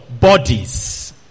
bodies